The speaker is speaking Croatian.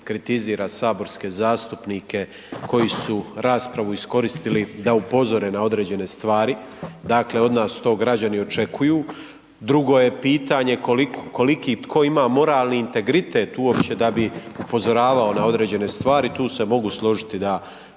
kritizira saborske zastupnike koji su raspravu iskoristili da upozore na određene stvari, dakle to od nas građani očekuje. Drugo je pitanje koliki tko ima moralni integritet uopće da bi upozoravao na određene stvari. Tu se mogu složiti da